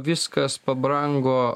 viskas pabrango